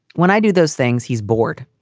when i do those things, he's bored.